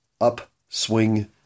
upswing